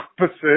opposite